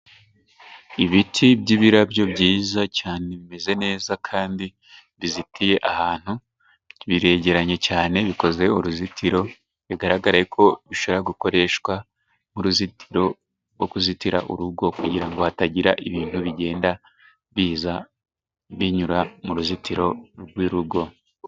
Ibiti by'ibirabyo byiza cyane bimeze neza kandi bizitiye ahantu, biregeranye cyane, bikoze uruzitiro, bigaragare ko bishobora gukoreshwa nk'kuruzitiro rwo kuzitira urugo, kugira ngo hatagira ibintu bigenda biza binyura mu ruzitiro rw'urugo.